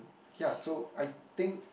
ya so I think